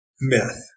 myth